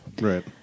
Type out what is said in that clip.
Right